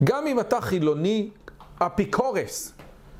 גם אם אתה חילוני אפיקורס.